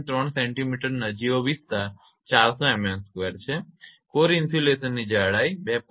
3 cm નજીવો વિસ્તાર 400 𝑚𝑚2 છે કોર ઇન્સ્યુલેશનની જાડાઈ 2